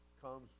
comes